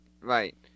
Right